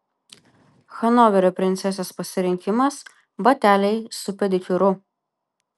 hanoverio princesės pasirinkimas bateliai su pedikiūru